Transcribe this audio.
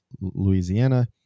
Louisiana